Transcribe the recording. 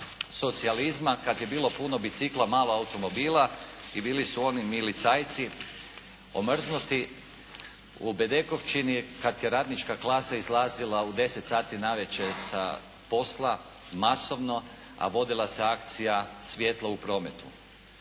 u Bedekovčini kad je radnička klasa izlazila u 10 sati navečer sa posla masovno, a vodila se akcija “svjetlo u prometu“.